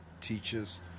teachers